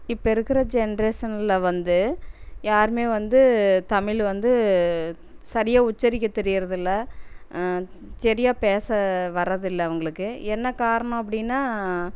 இப்போ இருக்கிற ஜென்ரேஷன்ல வந்து யாருமே வந்து தமிழ் வந்து சரியாக உச்சரிக்க தெரிகிறது இல்லை சரியா பேச வர்றதில்லை அவங்களுக்கு என்ன காரணம் அப்படின்னா